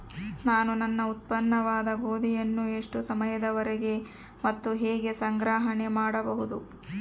ನಾನು ನನ್ನ ಉತ್ಪನ್ನವಾದ ಗೋಧಿಯನ್ನು ಎಷ್ಟು ಸಮಯದವರೆಗೆ ಮತ್ತು ಹೇಗೆ ಸಂಗ್ರಹಣೆ ಮಾಡಬಹುದು?